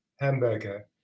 hamburger